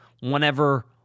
whenever